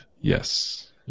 Yes